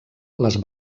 les